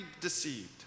deceived